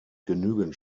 genügend